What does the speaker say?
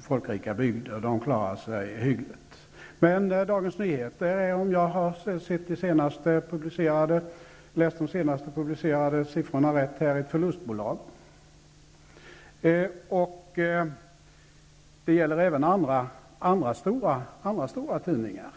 folkrika bygder klarar sig hyggligt. Om jag har läst de senast publicerade siffrorna rätt, är Dagens Nyheter ett förlustbolag. Det gäller även andra stora tidningar.